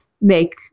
make